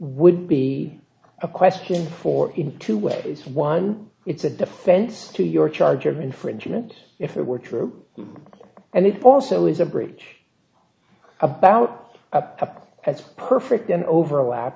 would be a question for in two ways one it's a defense to your charge of infringement if it were true and it also is a breach about as perfect an overlap